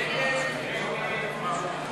ההסתייגות של קבוצת סיעת ש"ס,